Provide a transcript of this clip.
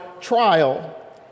trial